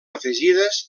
afegides